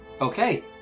Okay